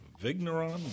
Vigneron